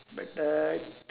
but uh